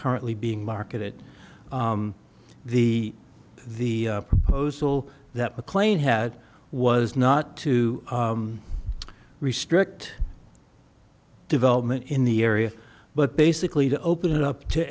currently being marketed the the proposal that mclean had was not to restrict development in the area but basically to open it up to